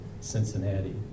Cincinnati